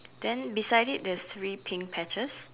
then beside it there's three pink patches